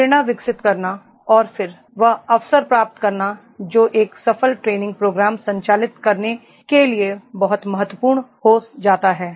प्रेरणा विकसित करना और फिर वह अवसर प्राप्त करना जो एक सफल ट्रेनिग प्रोग्राम संचालित करने के लिए बहुत महत्वपूर्ण हो जाता है